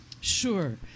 Sure